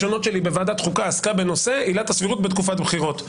בוועדת החוקה עסקה בנושא עילת הסבירות בתקופת בחירות.